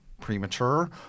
premature